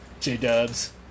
J-Dubs